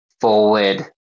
forward